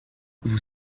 vous